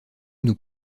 nous